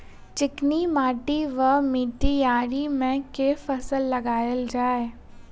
चिकनी माटि वा मटीयारी मे केँ फसल लगाएल जाए?